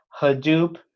Hadoop